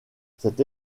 cette